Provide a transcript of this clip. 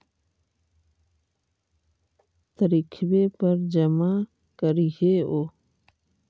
तरिखवे पर जमा करहिओ?